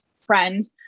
friend